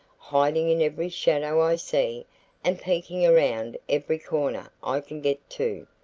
hiding in every shadow i see and peeking around every corner i can get to.